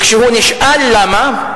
כשהוא נשאל למה,